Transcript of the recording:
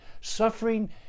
Suffering